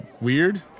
weird